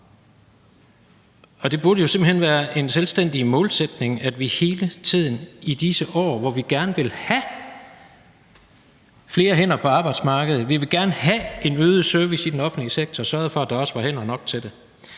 Det burde jo simpelt hen være en selvstændig målsætning, at vi hele tiden i disse år, hvor vi gerne vil have flere hænder på arbejdsmarkedet, hvor vi gerne vil have en øget service i den offentlige sektor, sørgede for, at der også var hænder nok til det.